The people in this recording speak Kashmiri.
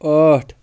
ٲٹھ